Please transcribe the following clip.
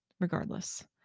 regardless